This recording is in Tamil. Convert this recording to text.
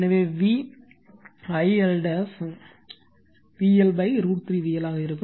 எனவே v I L PL √ 3 VL ஆக இருக்கும்